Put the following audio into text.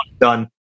done